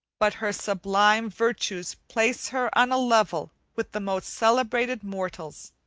but her sublime virtues place her on a level with the most celebrated mortals,